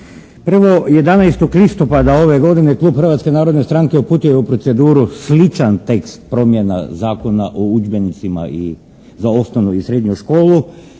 Prvo, 11. listopada ove godine klub Hrvatske narodne stranke uputio je u proceduru sličan tekst promjena Zakona o udžbenicima za osnovnu i srednju školu.